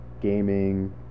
gaming